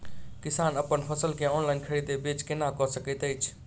किसान अप्पन फसल केँ ऑनलाइन खरीदै बेच केना कऽ सकैत अछि?